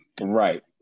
Right